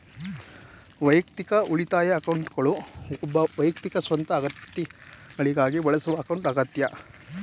ವೈಯಕ್ತಿಕ ಉಳಿತಾಯ ಅಕೌಂಟ್ಗಳು ಒಬ್ಬ ವ್ಯಕ್ತಿಯ ಸ್ವಂತ ಅಗತ್ಯಗಳಿಗಾಗಿ ಬಳಸುವ ಅಕೌಂಟ್ ಆಗೈತೆ